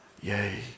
Yay